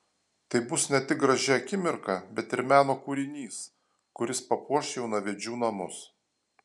tai bus ne tik graži akimirka bet ir meno kūrinys kuris papuoš jaunavedžių namus